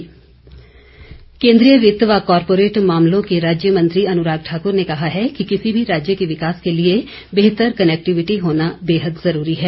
अनुराग केन्द्रीय वित्त व कॉरपोरेट मामलों के राज्य मंत्री अनुराग ठाकुर ने कहा है कि किसी भी राज्य के विकास के लिए बेहतर कनेक्टिविटी होना बेहद ज़रूरी है